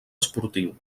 esportiu